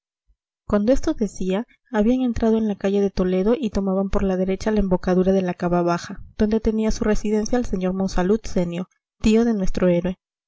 cuando esto decía habían entrado en la calle de toledo y tomaban por la derecha la embocadura de la cava baja donde tenía su residencia el sr monsalud senior tío de nuestro héroe